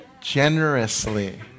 generously